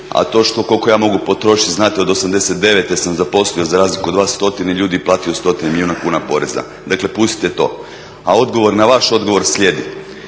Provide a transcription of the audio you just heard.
A to što koliko ja mogu potrošiti znate od '89. sam zaposlio za razliku od vas stotine ljudi i platio stotine milijuna kuna poreza. Dakle, pustite to. A odgovor na vaš odgovor slijedi.